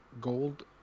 gold